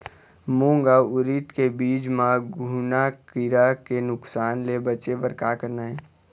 मूंग अउ उरीद के बीज म घुना किरा के नुकसान ले बचे बर का करना ये?